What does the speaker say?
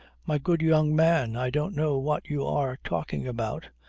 my good young man, i don't know what you are talking about.